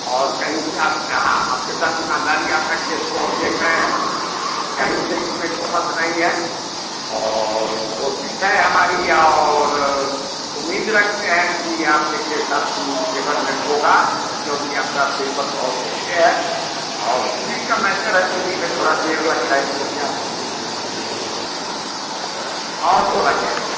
और कहीं से आप कहा आपके साथ ईमानदारी आपका केस को हम देख रहे हैं कहीं से इसमें दो मत नहीं है और कोशिश है हमारी या और उम्मीद रखते हैं कि आपके केस आपकी फेभर में होगा क्योंकि आपका पेपर बहुत ओक्के है और सिबिल का मैटर है सिबिल में थोड़ी देर लगती इसके लिए आपको संतुष्टि खोने की ज़रूरत नहीं है और बोला जाए